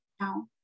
now